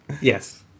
Yes